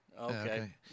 Okay